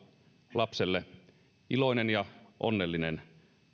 lapselle iloinen ja onnellinen